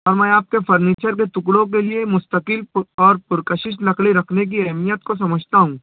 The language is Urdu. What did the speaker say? اور میں آپ کے فرنیچر کے ٹکڑوں کے لیے مستقل پر اور پُرکشش لکڑی رکھنے کی اہمیت کو سمجھتا ہوں